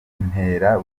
intera